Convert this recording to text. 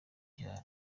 cyane